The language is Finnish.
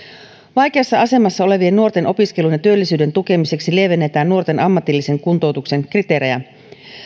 vaikeassa asemassa olevien nuorten opiskelun ja työllisyyden tukemiseksi lievennetään nuorten ammatillisen kuntoutuksen kriteerejä